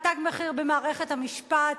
"תג מחיר" במערכת המשפט.